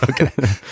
Okay